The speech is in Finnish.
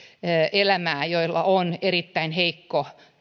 elämään joilla on erittäin heikko